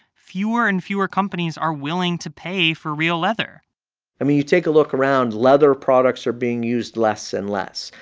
fewer and fewer companies are willing to pay for real leather i mean, you take a look around. leather products are being used less and less.